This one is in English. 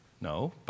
No